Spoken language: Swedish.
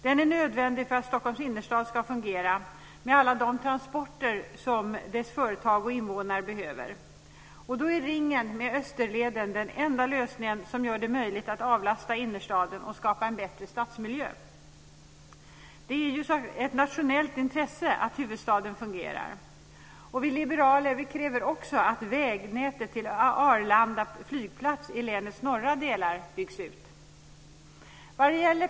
Den är nödvändig för att Stockholms innerstad ska fungera med alla de transporter som stadens företag och invånare behöver. Då är ringen med Österleden den enda lösningen som gör det möjligt att avlasta innerstaden och skapa en bättre stadsmiljö. Det är ett nationellt intresse att huvudstaden fungerar. Vi liberaler kräver också att vägnätet till Arlanda flygplats i länets norra delar byggs ut.